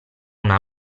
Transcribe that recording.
una